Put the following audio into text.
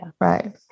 Right